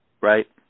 Right